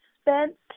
spent